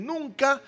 Nunca